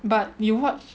but you watch